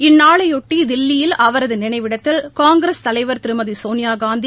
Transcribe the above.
இந்நாளைபொட்டிதில்லியில் அவரதுநினைவிடத்தில் காங்கிரஸ் தலைவர் திருமதிசோனியாகாந்தி